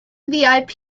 vip